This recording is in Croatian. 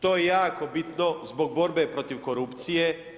To je jako bitno zbog borbe protiv korupcije.